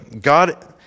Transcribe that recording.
God